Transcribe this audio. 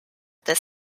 this